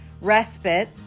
respite